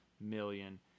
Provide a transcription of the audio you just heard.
million